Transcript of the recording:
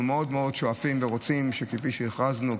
אנחנו מאוד מאוד שואפים ורוצים שכפי שהכרזנו,